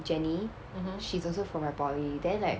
jenny she's also from my poly then like